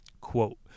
Quote